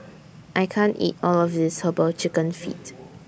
I can't eat All of This Herbal Chicken Feet